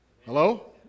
Hello